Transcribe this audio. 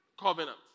covenant